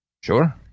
Sure